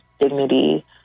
dignity